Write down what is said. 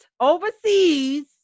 overseas